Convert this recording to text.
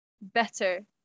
better